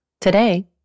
Today